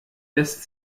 lässt